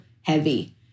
heavy